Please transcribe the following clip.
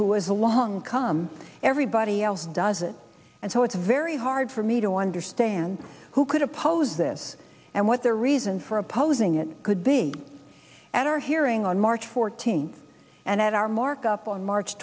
who has a long come everybody else does it and so it's very hard for me to understand who could oppose this and what their reason for opposing it could be and our hearing on march fourteenth and at our markup on march